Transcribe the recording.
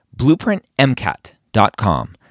BlueprintMCAT.com